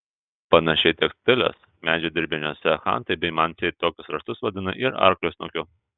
panašiai tekstilės medžio dirbiniuose chantai bei mansiai tokius raštus vadina ir arklio snukiu